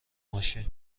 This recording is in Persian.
ماشین